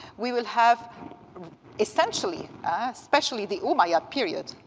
we will have essentially, ah especially the umayyad period,